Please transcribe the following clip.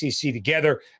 together